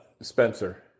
Spencer